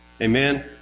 Amen